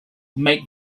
make